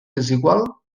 desigual